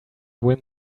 win